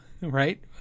right